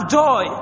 joy